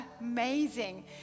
amazing